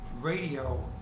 radio